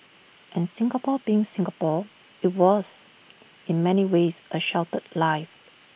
and Singapore being Singapore IT was in many ways A sheltered life